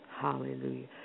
Hallelujah